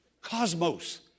Cosmos